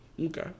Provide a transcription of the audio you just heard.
Okay